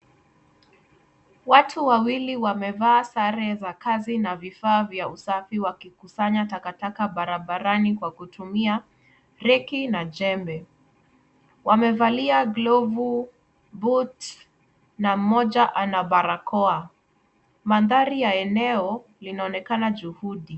Watu wawili wamevaa sare za kazi na vifaa vya usafi wakikusanya takataka barabarani kwa kutumia reki na jembe. Wamevalia glovu, boots na mmoja ana barakoa. Mandhari ya eneo linaonekana juhudi.